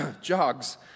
jogs